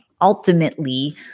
ultimately